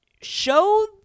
show